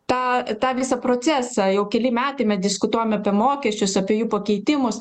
tą tą visą procesą jau keli metai me diskutuojame apie mokesčius apie jų pakeitimus